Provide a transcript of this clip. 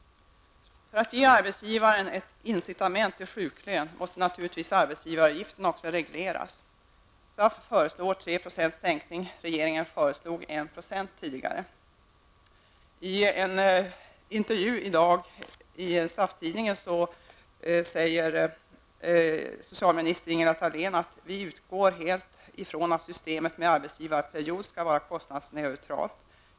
För att ge arbetsgivaren ett incitament till sjuklön måste naturligtvis också arbetsgivaravgiften regleras. SAF föreslår en sänkning med 3 %, regeringen föreslog tidigare en sänkning med 1 %. I en intervju i dagens nummer av SAF tidningen säger socialminister Ingela Thalén: ''Vi utgår helt ifrån att systemet med arbetsgivarperiod ska vara kostnadsneutralt.